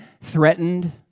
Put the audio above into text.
threatened